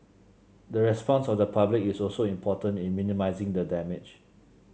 the response of the public is also important in minimising the damage